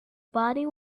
body